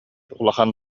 улахан